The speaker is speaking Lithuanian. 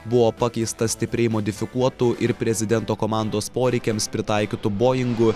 buvo pakeistas stipriai modifikuotu ir prezidento komandos poreikiams pritaikytu boingu